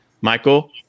Michael